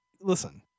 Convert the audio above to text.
listen